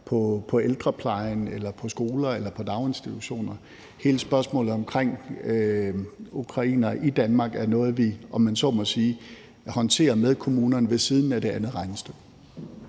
på ældreplejen, på skoler eller på daginstitutioner. Hele spørgsmålet om ukrainere i Danmark er noget, vi, om man så må sige, håndterer med kommunerne ved siden af det andet regnestykke.